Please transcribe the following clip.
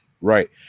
Right